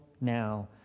now